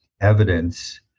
evidence